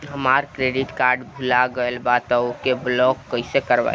हमार credit card भुला गएल बा त ओके ब्लॉक कइसे करवाई?